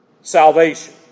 salvation